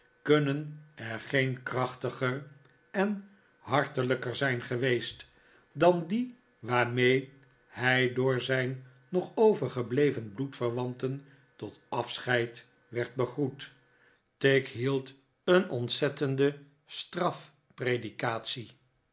kunnen er geen krachtiger en hartelijker zijn geweest dan die waarmee hij door zijn nog overgebleven bloedverwanten tot afscheid werd begroet tigg hield een ontzettende